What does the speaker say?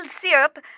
syrup